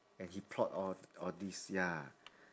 and he plot all all this ya